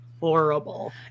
horrible